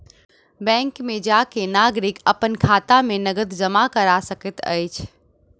bank में जा के नागरिक अपन खाता में नकद जमा करा सकैत अछि